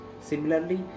Similarly